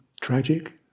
tragic